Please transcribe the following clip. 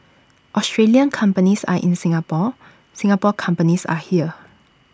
Australian companies are in Singapore Singapore companies are here